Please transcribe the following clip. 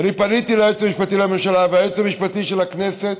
ואני פניתי ליועץ המשפטי לממשלה וליועץ המשפטי של הכנסת.